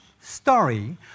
story